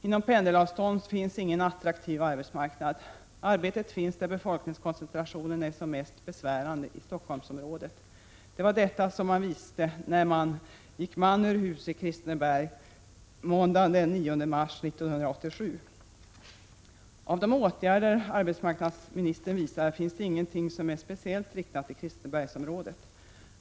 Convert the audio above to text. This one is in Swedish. Inom pendelavstånd finns ingen attraktiv arbetsmarknad. Arbetet finns där befolkningskoncentrationen är som mest besvärande, i Stockholmsområdet. Det var detta man visste om när man gick man ur huse i Kristineberg måndagen den 9 mars 1987. Av de åtgärder arbetsmarknadsministern redovisar är inga speciellt riktade till Kristinebergsområdet.